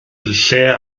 lle